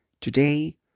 Today